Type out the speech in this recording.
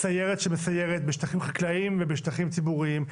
סיירת שמסיירת בשטחים חקלאיים ובשטחים ציבוריים,